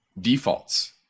defaults